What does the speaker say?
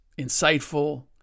insightful